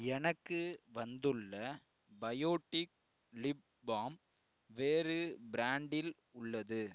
எனக்கு வந்துள்ள Biotique lip balm வேறு ப்ராண்டில் உள்ளது